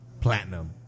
platinum